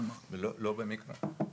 לא במקרה.